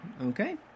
Okay